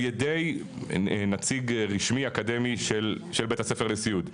על ידי נציג רשמי אקדמי של בית הספר לסיעוד.